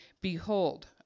Behold